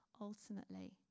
ultimately